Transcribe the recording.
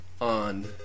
On